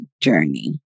journey